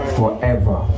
forever